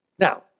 Now